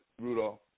Rudolph